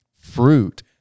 fruit